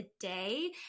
today